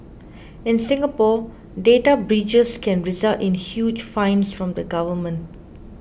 in Singapore data breaches can result in huge fines from the government